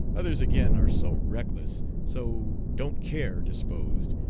others again are so reckless, so don't care disposed,